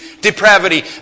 depravity